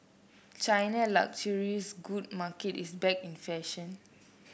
China luxury good market is back in fashion